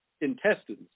intestines